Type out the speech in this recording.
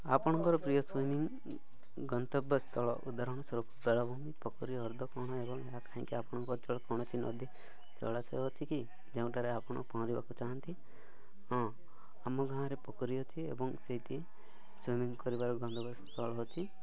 ଆପଣଙ୍କର ପ୍ରିୟ ସ୍ଇମିଂ ଗନ୍ତବ୍ୟ ସ୍ଥଳ ଉଦାହରଣ ସ୍ୱରୂପ ବେଳାଭୂମି ପୋଖରୀ ଅର୍ଦ୍ଧ ପହଣ ଏବଂ ହେଲା କାହିଁକି ଆପଣଙ୍କ ଜଳ କୌଣସି ନଦୀ ଜଳାଶୟ ଅଛି କି ଯେଉଁଟାରେ ଆପଣ ପହଁରିବାକୁ ଚାହାଁନ୍ତି ହଁ ଆମ ଗାଁରେ ପୋଖରୀ ଅଛି ଏବଂ ସେଇଠି ସୁିମିଂ କରିବାର ଗନ୍ତବ୍ୟ ସ୍ଥଳ ଅଛି